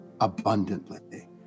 abundantly